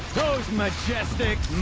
those majestic,